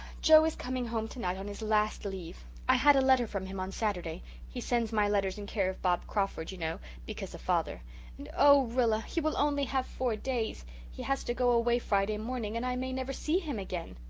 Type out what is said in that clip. joe is coming home tonight on his last leave. i had a letter from him on saturday he sends my letters in care of bob crawford, you know, because of father and, oh, rilla, he will only have four days he has to go away friday morning and i may never see him again.